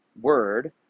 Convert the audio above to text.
word